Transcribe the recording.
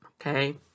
Okay